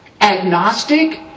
agnostic